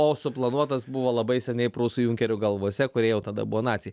o suplanuotas buvo labai seniai prūsų junkerių galvose kurie jau tada buvo naciai